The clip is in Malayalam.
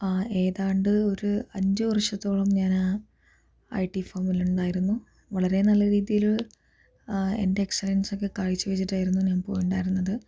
ഏതാണ്ട് ഒര് അഞ്ചുവർഷത്തോളം ഞാൻ ആ ഐ ടി ഫേമിൽ ഉണ്ടായിരുന്നു വളരെ നല്ല രീതിയില് എന്റെ എക്സലൻസ് ഒക്കെ കാഴ്ച വെച്ചിട്ടായിരുന്നു ഞാൻ പോയിട്ടുണ്ടായിരുന്നത്